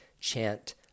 chant